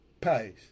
pays